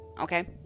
Okay